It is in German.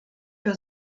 für